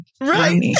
right